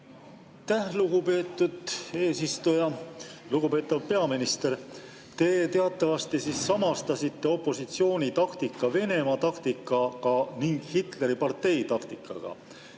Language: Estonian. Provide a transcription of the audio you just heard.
lugupeetud eesistuja! Lugupeetav peaminister! Te teatavasti samastasite opositsiooni taktika Venemaa taktikaga ning Hitleri parteitaktikaga.